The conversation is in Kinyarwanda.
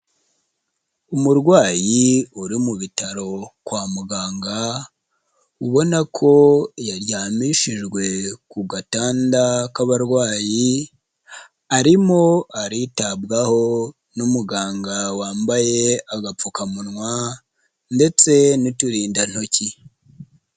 Umurwayi uri mu bitaro kwa muganga, ubona ko yaryamishijwe ku gatanda k'abarwayi, arimo aritabwaho n'umuganga wambaye agapfukamunwa ndetse n'uturindantoki.